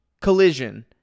collision